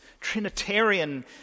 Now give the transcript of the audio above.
Trinitarian